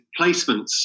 placements